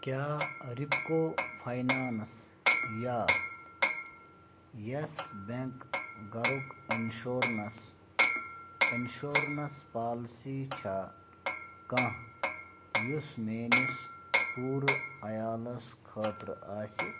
کیٛاہ ریٚپکو فاینانس یا یَس بیٚنٛک گَھرُک اِنشورنَس انشورنَس پالسی چھا کانٛہہ یۄس میٛٲنِس پوٗرٕ عیالَس خٲطرٕ آسہِ